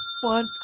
one